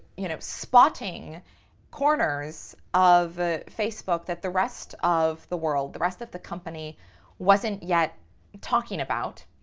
you know, spotting corners of facebook that the rest of the world, the rest of the company wasn't yet talking about,